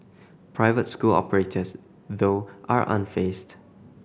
private school operators though are unfazed